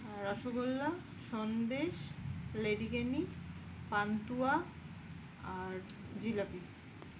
রসগোল্লা সন্দেশ লেডিকেনি পান্তুয়া আর জিলাপি